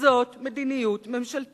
זאת מדיניות ממשלתית.